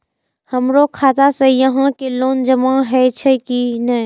हमरो खाता से यहां के लोन जमा हे छे की ने?